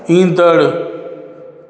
ईंदड़ु